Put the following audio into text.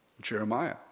Jeremiah